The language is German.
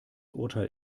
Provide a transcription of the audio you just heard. urteil